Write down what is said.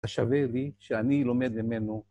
‫השווה לי שאני לומד ממנו.